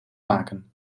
maken